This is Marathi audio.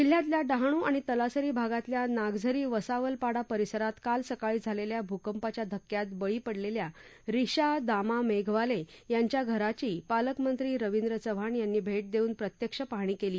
जिल्ह्यातल्या डहाणू आणि तलासरी भागातल्या नागझरी वसावलपाडा परिसरात काल सकाळी झालेल्या भूकंपाच्या धक्क्यात बळी पडलेल्या रिश्या दामा मेघवाले यांच्या घराची पालकमंत्री रवींद्र चव्हाण यांनी भेट देऊन प्रत्यक्ष पाहणी केली